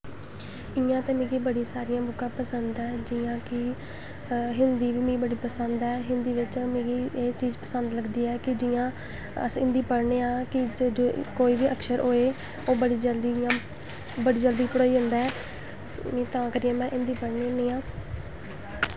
इ'यां ते मिगी बड़ी सारियां बुक्कां पसंद ऐ जियां कि हिन्दी बी मिगी बड़ी पसंद ऐ हिन्दी बिच्च मिगी एह् चीज़ पसंद लगदी ऐ कि जियां अस हिन्दी पढ़ने आं कि कोई बी अक्षर होए ओह् बड़ी जल्दी इ'यां बड़ी जल्दी पढ़ोई जंदा ऐ तां करियै में हिन्दी पढ़नी होन्नी आं